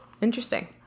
Interesting